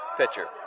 pitcher